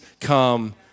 come